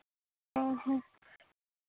ᱚ ᱦᱚᱸ